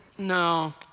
No